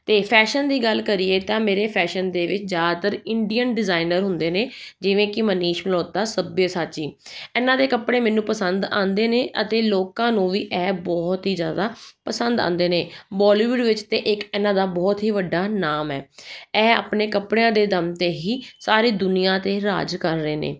ਅਤੇ ਫੈਸ਼ਨ ਦੀ ਗੱਲ ਕਰੀਏ ਤਾਂ ਮੇਰੇ ਫੈਸ਼ਨ ਦੇ ਵਿੱਚ ਜ਼ਿਆਦਾਤਰ ਇੰਡੀਅਨ ਡਿਜ਼ਾਇਨਰ ਹੁੰਦੇ ਨੇ ਜਿਵੇਂ ਕਿ ਮਨੀਸ਼ ਮਲਹੌਤਰਾ ਸਭਿਆਸਾਚੀ ਇਹਨਾਂ ਦੇ ਕੱਪੜੇ ਮੈਨੂੰ ਪਸੰਦ ਆਉਂਦੇ ਨੇ ਅਤੇ ਲੋਕਾਂ ਨੂੰ ਵੀ ਇਹ ਬਹੁਤ ਹੀ ਜ਼ਿਆਦਾ ਪਸੰਦ ਆਉਂਦੇ ਨੇ ਬੋਲੀਵੁਡ ਵਿੱਚ ਤਾਂ ਇੱਕ ਇਹਨਾਂ ਦਾ ਬਹੁਤ ਹੀ ਵੱਡਾ ਨਾਮ ਹੈ ਇਹ ਆਪਣੇ ਕੱਪੜਿਆਂ ਦੇ ਦਮ 'ਤੇ ਹੀ ਸਾਰੀ ਦੁਨੀਆਂ ਦੇ ਰਾਜ ਕਰ ਰਹੇ ਨੇ